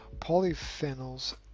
polyphenols